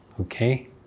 Okay